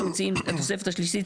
אנחנו מציעים לתוספת השלישית,